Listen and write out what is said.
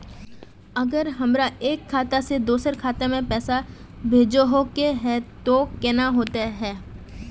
अगर हमरा एक खाता से दोसर खाता में पैसा भेजोहो के है तो केना होते है?